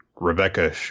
Rebecca